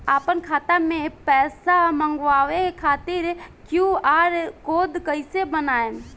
आपन खाता मे पैसा मँगबावे खातिर क्यू.आर कोड कैसे बनाएम?